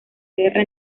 guerra